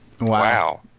Wow